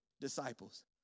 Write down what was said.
disciples